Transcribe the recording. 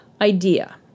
idea